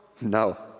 No